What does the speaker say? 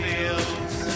Fields